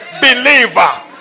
believer